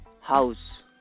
house